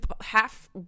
half-